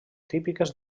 típiques